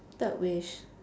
third wish